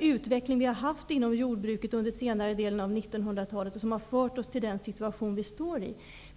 utveckling vi har haft inom jordbruket under senare delen av 1900-talet och som har fört oss till den situation vi befinner oss i.